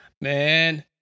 man